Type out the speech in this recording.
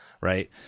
right